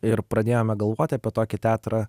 ir pradėjome galvoti apie tokį teatrą